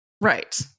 right